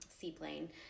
Seaplane